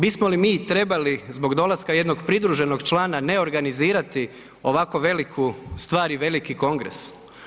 Bismo li mi trebali zbog dolaska jednog pridruženog člana ne organizirati ovako veliku stvar i veliki kongres?